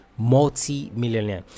Multi-millionaire